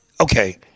okay